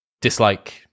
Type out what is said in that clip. dislike